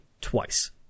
twice